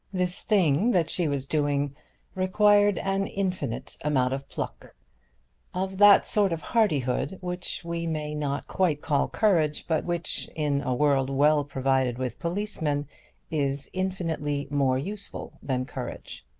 this thing that she was doing required an infinite amount of pluck of that sort of hardihood which we may not quite call courage, but which in a world well provided with policemen is infinitely more useful than courage.